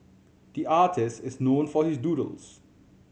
the artist is known for his doodles